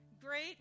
great